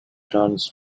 turns